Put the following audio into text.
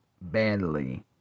badly